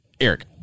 eric